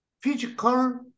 physical